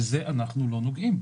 ובזה אנחנו לא נוגעים.